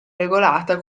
regolata